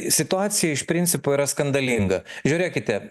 situacija iš principo yra skandalinga žiūrėkite